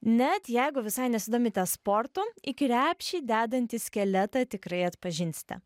net jeigu visai nesidomite sportu į krepšį dedantį skeletą tikrai atpažinsite